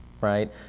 right